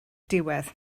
diwedd